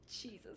Jesus